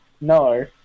no